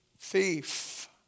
thief